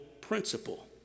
principle